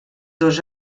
dos